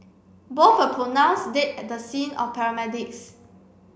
both were pronounced dead at the scene of paramedics